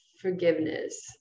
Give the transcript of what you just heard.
forgiveness